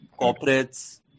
corporates